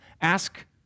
ask